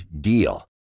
DEAL